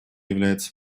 является